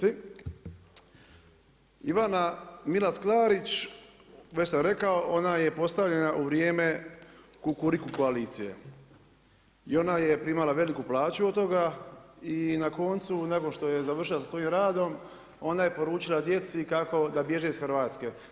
Ivana Milas Klarić, već sam rekao, ona je postavljena u vrijeme kukuriku koalicije i ona je primala veliku plaću od toga i na koncu nakon što je završila sa svojim radom ona je poručila djeci kako da bježe iz Hrvatske.